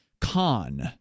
CON